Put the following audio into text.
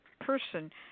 person